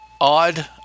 Odd